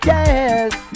Yes